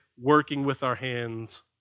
working-with-our-hands